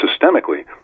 systemically